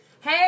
Hey